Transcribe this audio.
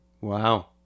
Wow